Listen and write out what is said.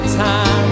time